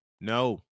No